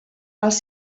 els